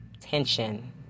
tension